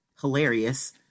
hilarious